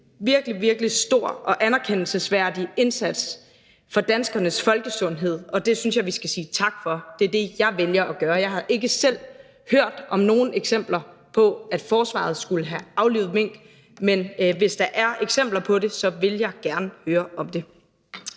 en virkelig, virkelig stor og anerkendelsesværdig indsats for danskernes folkesundhed, og det synes jeg vi skal sige tak for. Det er det, jeg vælger at gøre. Jeg har ikke selv hørt om nogen eksempler på, at forsvaret skulle have aflivet mink, men hvis der er eksempler på det, vil jeg gerne høre om det.